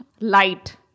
light